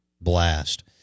blast